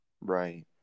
Right